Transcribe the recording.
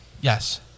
Yes